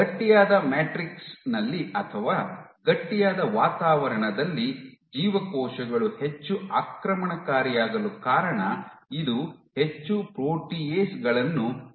ಗಟ್ಟಿಯಾದ ಮ್ಯಾಟ್ರಿಕ್ಸ್ನಲ್ಲಿ ಅಥವಾ ಗಟ್ಟಿಯಾದ ವಾತಾವರಣದಲ್ಲಿ ಜೀವಕೋಶಗಳು ಹೆಚ್ಚು ಆಕ್ರಮಣಕಾರಿಯಾಗಲು ಕಾರಣ ಇದು ಹೆಚ್ಚು ಪ್ರೋಟಿಯೇಸ್ ಗಳನ್ನು ಸ್ರವಿಸುತ್ತದೆ